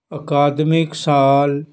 ਅਕਾਦਮਿਕ ਸਾਲ